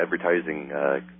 advertising